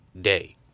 Day